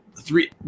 three